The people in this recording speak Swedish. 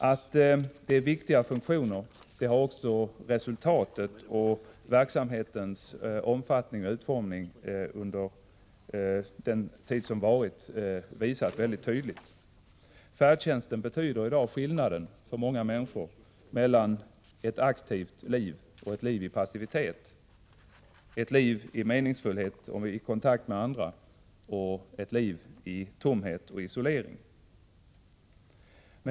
Att det är viktiga funktioner har såväl resultatet av verksamheten som verksamhetens omfattning och utformning under den tid som varit visat mycket tydligt. Färdtjänsten betyder i dag för många människor skillnaden mellan ett aktivt liv och ett liv i passivitet, ett liv i meningsfullhet i kontakt med andra och ett liv i tomhet och isolering.